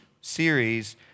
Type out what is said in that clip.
series